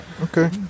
Okay